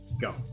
go